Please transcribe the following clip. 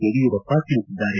ಯಡಿಯೂರಪ್ಪ ತಿಳಿಸಿದ್ದಾರೆ